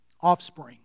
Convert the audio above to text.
offspring